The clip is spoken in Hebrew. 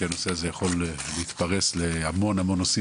כי הנושא הזה יכול להתפרס להמון נושאים